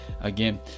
again